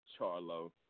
Charlo